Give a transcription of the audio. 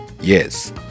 Yes